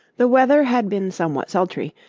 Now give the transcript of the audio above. the weather had been somewhat sultry,